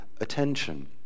attention